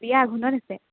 বিয়া আঘোণত আছে